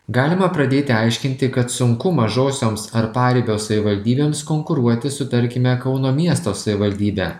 galima pradėti aiškinti kad sunku mažosioms ar paribio savivaldybėms konkuruoti su tarkime kauno miesto savivaldybe